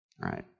right